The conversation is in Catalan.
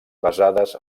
basades